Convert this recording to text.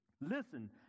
Listen